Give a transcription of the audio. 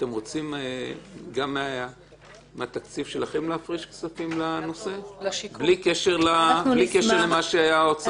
אתם רוצים גם מהתקציב שלכם להפריש כספים לנושא בלי קשר למה שהאוצר נותן?